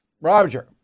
Roger